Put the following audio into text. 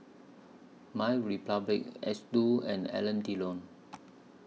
MyRepublic Xndo and Alain Delon